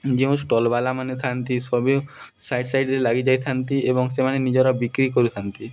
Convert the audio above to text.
ଯେଉଁ ଷ୍ଟଲବାଲାମାନେ ଥାନ୍ତି ସବୁ ସାଇଡ଼୍ ସାଇଡ଼୍ରେ ଲାଗି ଯାଇଥାନ୍ତି ଏବଂ ସେମାନେ ନିଜର ବିକ୍ରି କରିଥାନ୍ତି